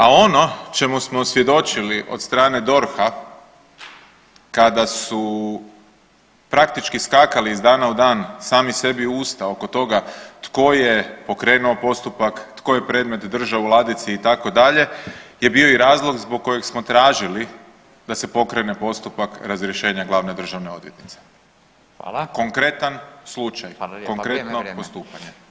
A ono čemu smo svjedočili od strane DORH-a kada su praktički skakali iz dana u dan sami u sebi u usta oko toga tko je pokrenuo postupak, tko je predmet držao u ladici itd., je bio i razlog zbog kojeg smo tražili da se pokrene postupak razrješenja glavne državne odvjetnice [[Upadica: Hvala.]] Konkretan slučaj [[Upadica: Hvala lijepa vrijeme, vrijeme.]] konkretno postupanje.